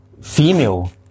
female